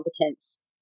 competence